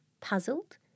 puzzled